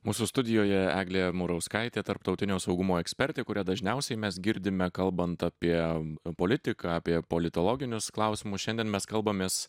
mūsų studijoje eglė murauskaitė tarptautinio saugumo ekspertė kurią dažniausiai mes girdime kalbant apie politiką apie politologinius klausimus šiandien mes kalbamės